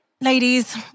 ladies